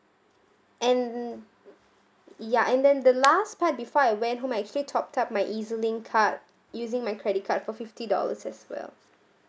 and ya and then the last part before I went home I actually topped up my Ez-Link card using my credit card for fifty dollars as well